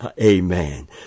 amen